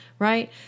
right